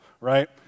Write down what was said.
right